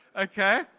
Okay